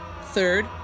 Third